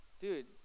Dude